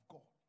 God